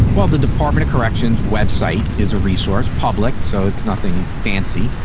while the department of corrections web site is a resource public. so it's nothing fancy,